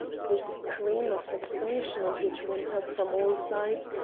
the scream of astonishment which went up from all sides,